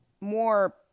more